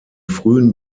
frühen